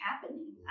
happening